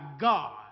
God